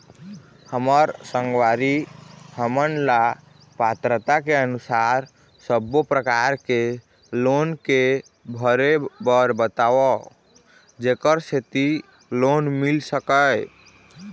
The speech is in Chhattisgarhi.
हमर संगवारी हमन ला पात्रता के अनुसार सब्बो प्रकार के लोन के भरे बर बताव जेकर सेंथी लोन मिल सकाए?